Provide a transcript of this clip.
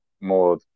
more